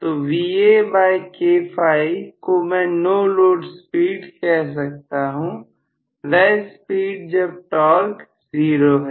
तो Vakφ को मैं नो लोड स्पीड कह सकता हूं वह स्पीड जब टॉर्क जीरो है